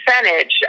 percentage